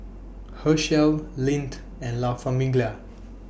Herschel Lindt and La Famiglia